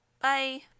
Bye